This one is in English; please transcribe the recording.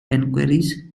enquiries